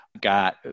got